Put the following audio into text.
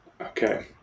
Okay